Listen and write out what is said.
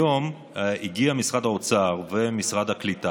היום הגיעו משרד האוצר ומשרד הקליטה